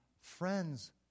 friends